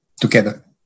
together